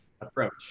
approach